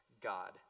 God